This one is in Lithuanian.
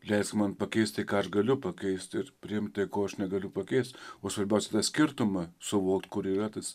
leisk man pakeisti ką aš galiu pakeisti ir priimt tai ko aš negaliu pakeist o svarbiausia tą skirtumą suvokt kur yra tas